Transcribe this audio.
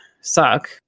suck